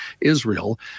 Israel